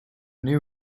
new